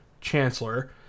Chancellor